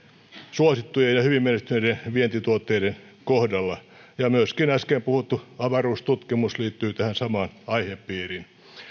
suosittujen ja hyvin menestyneiden vientituotteiden kohdalla ja myöskin äsken puhuttu avaruustutkimus liittyy tähän samaan aihepiiriin